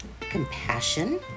compassion